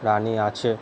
প্রাণী আছে